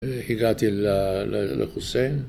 ‫הגעתי לחוסיין.